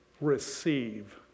receive